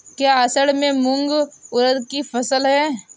क्या असड़ में मूंग उर्द कि फसल है?